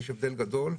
יש הבדל גדול.